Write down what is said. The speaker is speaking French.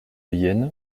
yenne